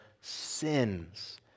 sins